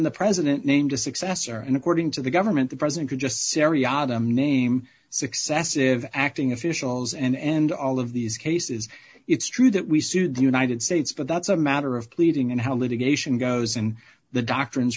the president named a successor and according to the government the president could just scary item name successive acting officials and end all of these cases it's true that we sued the united states but that's a matter of pleading and how litigation goes and the doctrines